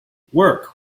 work